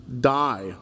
die